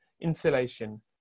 insulation